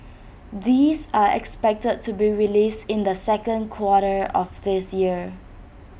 these are expected to be released in the second quarter of this year